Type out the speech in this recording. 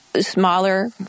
Smaller